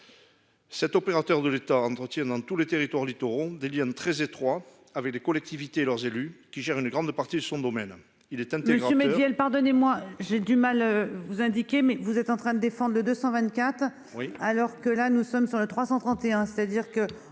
Cet opérateur de l'État entretient dans tous les territoires littoraux des Liens très étroits avec les collectivités leurs élus qui gère une grande partie de son domaine. Il est un peu